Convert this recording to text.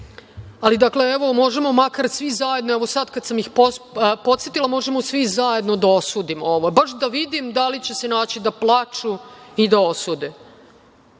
dakle, evo možemo makar svi zajedno, evo sada kada sam ih podsetila možemo svi zajedno da osudimo ovo. Baš da vidim, da li će se naći da plaču i da osude.